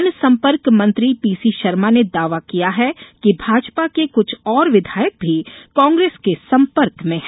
जनसंपर्क मंत्री P C Sharma ने दावा किया है कि भाजपा के कुछ और विधायक भी कांग्रेस के संपर्क मे हैं